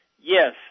Yes